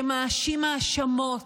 שמאשים האשמות,